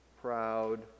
proud